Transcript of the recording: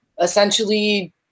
essentially